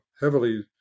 heavily